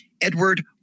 Edward